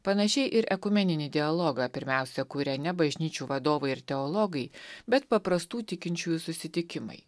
panašiai ir ekumeninį dialogą pirmiausia kuria ne bažnyčių vadovai ir teologai bet paprastų tikinčiųjų susitikimai